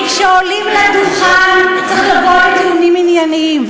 כי כשעולים לדוכן צריך לבוא עם טיעונים ענייניים,